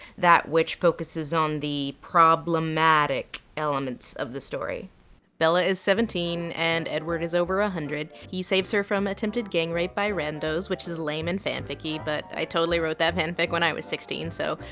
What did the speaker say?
that which focuses on the problematic elements of the story bella is seventeen and edward is over one ah hundred. he saves her from attempted gang-raped by randos which is lame and fanfic-y but i totally wrote that fanfic when i was sixteen, so,